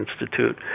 Institute